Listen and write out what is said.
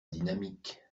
dynamique